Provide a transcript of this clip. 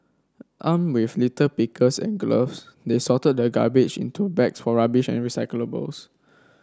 armed with litter pickers and gloves they sorted the garbage into bags for rubbish and recyclables